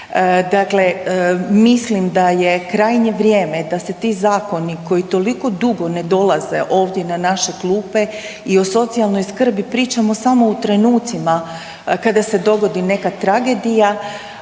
Dakle, mislim da je krajnje vrijeme da se ti zakoni koji toliko dugo ne dolaze ovdje na naše klupe i o socijalnoj skrbi pričamo samo u trenucima kada se dogodi neka tragedija.